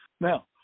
Now